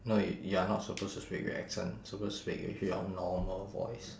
no you~ you're not supposed to speak with accent supposed to speak with your normal voice